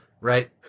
right